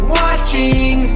watching